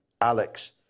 Alex